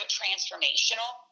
transformational